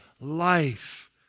life